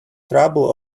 trouble